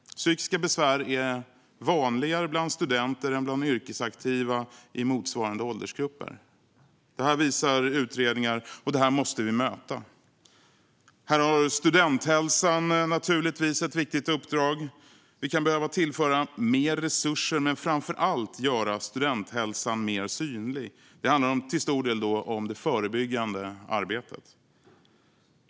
Psykiska besvär är vanligare bland studenter än bland yrkesaktiva i motsvarande åldersgrupper. Det här visar utredningar, och det måste vi möta. Här har studenthälsan naturligtvis ett viktigt uppdrag. Vi kan behöva tillföra mer resurser men framför allt göra studenthälsan mer synlig. Det handlar till stor del om det förebyggande arbetet.